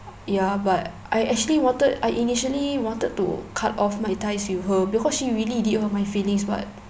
ya but I actually wanted I initially wanted to cut off my ties with her because she really did hurt my feelings but